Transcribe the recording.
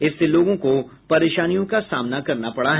इससे लोगों को परेशानियों का सामना करना पड़ा